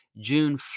June